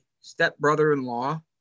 stepbrother-in-law